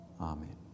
amen